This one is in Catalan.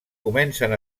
comencen